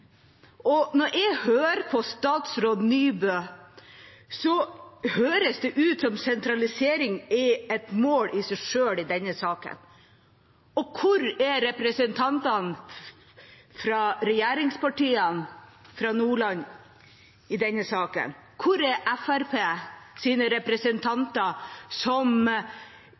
Når jeg hører på statsråd Nybø, høres det ut som om sentralisering er et mål i seg sjøl i denne saken. Og hvor er representantene fra regjeringspartiene fra Nordland i denne saken? Hvor er Fremskrittspartiets representanter, som